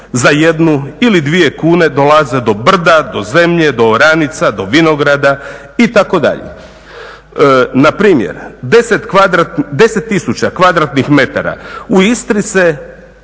za jednu ili dvije kune dolaze do brda, do zemlje, do oranica, do vinograda itd. Na primjer, 10 tisuća